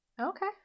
Okay